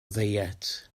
ddiet